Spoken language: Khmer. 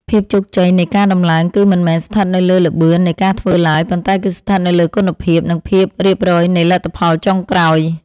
ភាពជោគជ័យនៃការដំឡើងគឺមិនមែនស្ថិតនៅលើល្បឿននៃការធ្វើឡើយ ប៉ុន្តែគឺស្ថិតនៅលើគុណភាព និងភាពរៀបរយនៃលទ្ធផលចុងក្រោយ។